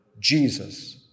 Jesus